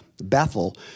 Bethel